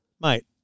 mate